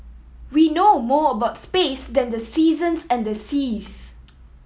we know more about space than the seasons and the seas